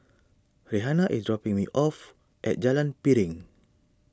Rhianna is dropping me off at Jalan Piring